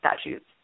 statutes